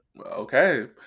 Okay